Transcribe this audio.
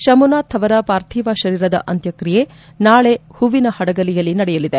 ಶಂಭುನಾಥ್ ಅವರ ಪಾರ್ಥಿವ ಶರೀರದ ಅಂತ್ಯಕ್ರಿಯೆ ನಾಳೆ ಹೂವಿನಹದಗಲಿಯಲ್ಲಿ ನಡೆಯಲಿದೆ